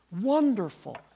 wonderful